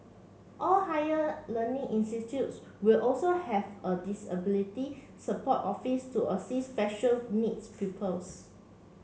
all higher learning institutes will also have a disability support office to assist special needs pupils